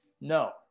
No